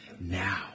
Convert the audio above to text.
Now